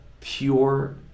pure